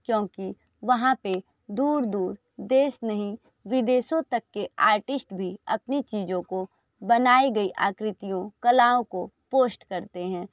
क्योंकि वहाँ पर दूर दूर देश नहीं विदेशों तक के आर्टिस्ट भी अपनी चीज़ों को बनाई गई आकृतियों कलाओं को पोष्ट करते हैं